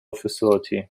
facility